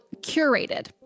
curated